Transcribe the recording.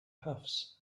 puffs